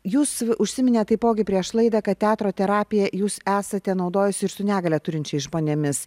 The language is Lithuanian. jūs užsiminėt taipogi prieš laidą kad teatro terapiją jūs esate naudojasi ir su negalią turinčiais žmonėmis